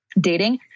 dating